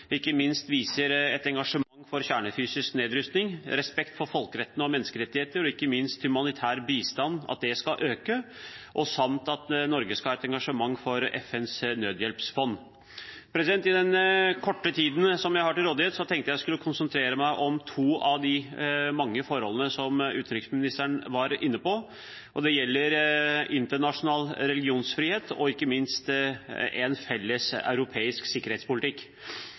ikke minst at humanitær bistand skal øke, samt at Norge skal ha et engasjement for FNs nødhjelpsfond. I den korte tiden jeg har til rådighet, tenkte jeg at jeg skulle konsentrere meg om to av de mange forholdene som utenriksministeren var inne på, og det gjelder internasjonal religionsfrihet og ikke minst en felles europeisk sikkerhetspolitikk.